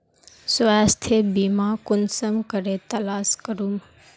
स्वास्थ्य बीमा कुंसम करे तलाश करूम?